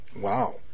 Wow